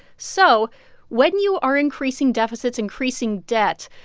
so when you are increasing deficits, increasing debt,